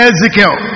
Ezekiel